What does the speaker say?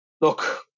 look